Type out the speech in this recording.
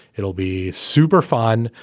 it'll be super fun.